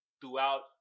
throughout